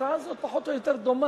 ההצעה הזאת פחות או יותר דומה,